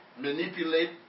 manipulate